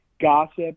gossip